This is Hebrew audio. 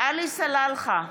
עלי סלאלחה,